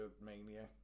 Mania